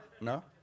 no